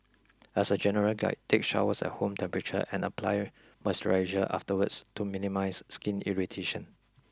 as a general guide take showers at room temperature and apply moisturiser afterwards to minimise skin irritation